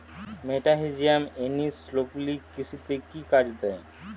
মেটাহিজিয়াম এনিসোপ্লি কৃষিতে কি কাজে দেয়?